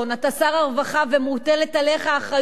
אתה שר הרווחה ומוטלת עליך אחריות,